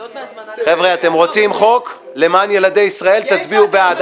חבר'ה, אתם רוצים למען ילדי חוק, תצביעו בעד.